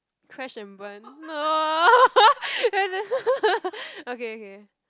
crash and burn no and then okay okay